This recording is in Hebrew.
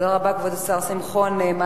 כבוד השר שמחון, תודה רבה.